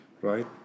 right